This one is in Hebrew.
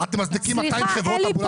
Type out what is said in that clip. אתם מזניקים 200 חברות -- סליחה,